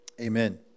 amen